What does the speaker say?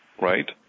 right